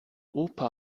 opa